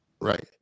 Right